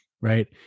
right